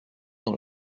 dans